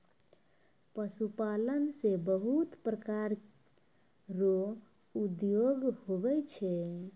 पशुपालन से बहुत प्रकार रो उद्योग हुवै छै